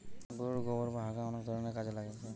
গোরুর গোবোর বা হাগা অনেক ধরণের কাজে লাগছে